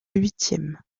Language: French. huitième